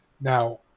Now